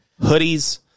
Hoodies